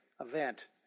event